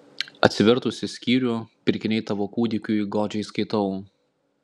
atsivertusi skyrių pirkiniai tavo kūdikiui godžiai skaitau